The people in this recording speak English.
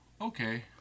Okay